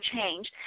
change